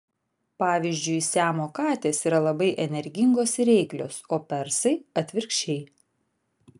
pavyzdžiui siamo katės yra labai energingos ir reiklios o persai atvirkščiai